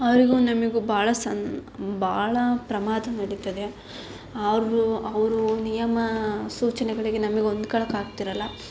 ಅವರಿಗೂ ನಮಗೂ ಬಹಳ ಬಹಳ ಪ್ರಮಾದ ನಡೀತದೆ ಆರ್ವು ಅವ್ರ ನಿಯಮ ಸೂಚನೆಗಳಿಗೆ ನಮಗೆ ಹೊಂದ್ಕಳಕಾಗ್ತಿರಲ್ಲ